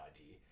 idea